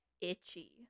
itchy